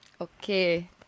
Okay